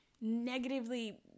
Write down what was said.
negatively